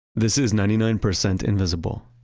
this is ninety nine percent invisible.